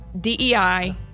DEI